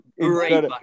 great